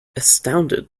astounded